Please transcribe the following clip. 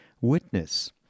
Witness